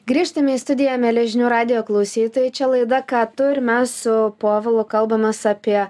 grįžtame į studiją mieli žinių radijo klausytojai čia laida ką tu ir mes su povilu kalbamės apie